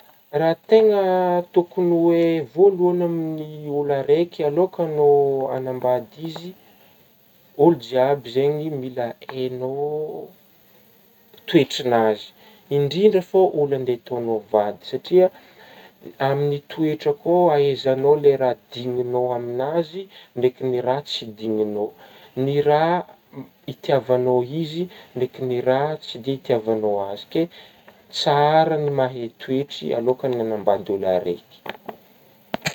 Raha tegna tokogny hoe voalohagny amin'gny ôlo araika alôkagnao anambady izy, ôlo jiaby zegny mila haignao toetragnazy indrindra fô ôlo andeha ataognao vady satria a-aminah toetra ko ahaizagnao le raha digninao amin'azy ndraiky ny raha tsy digninao, ny raha m-hitiavagnao izy ndraiky ny raha tsy de hitiavagnao azy ke tsara ny mahay toetry alôkagny anambady ôlogna araiky.